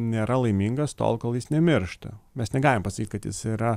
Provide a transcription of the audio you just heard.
nėra laimingas tol kol jis nemiršta mes negalim pasakyt kad jis yra